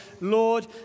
Lord